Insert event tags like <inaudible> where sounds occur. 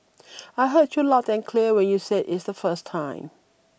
<noise> I heard you loud and clear when you said it the first time